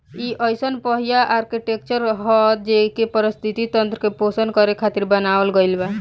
इ अइसन पहिला आर्कीटेक्चर ह जेइके पारिस्थिति तंत्र के पोषण करे खातिर बनावल गईल बा